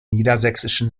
niedersächsischen